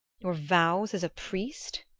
your vows as a priest?